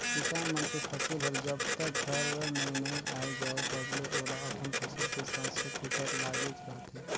किसान मन के फसिल हर जब तक घर में नइ आये जाए तलबे ओला अपन फसिल के संसो फिकर लागेच रहथे